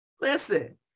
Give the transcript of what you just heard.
Listen